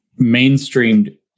mainstreamed